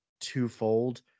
twofold